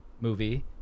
movie